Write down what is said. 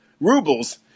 Rubles